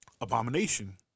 abomination